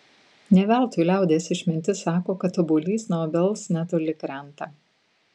ne veltui liaudies išmintis sako kad obuolys nuo obels netoli krenta